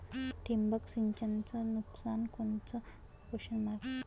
ठिबक सिंचनचं नुकसान कोनचं?